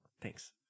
Thanks